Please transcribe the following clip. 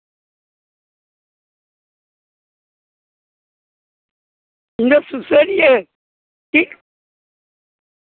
ᱤᱧ ᱫᱚ ᱥᱩᱥᱟᱹᱨᱤᱭᱟᱹ ᱪᱮᱫ